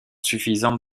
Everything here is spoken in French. suffisantes